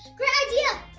great idea!